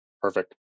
Perfect